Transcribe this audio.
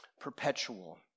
perpetual